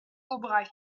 aubrac